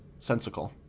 sensical